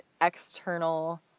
external